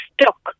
stuck